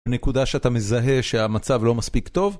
נקודה שאתה מזהה שהמצב לא מספיק טוב